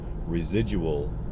residual